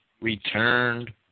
returned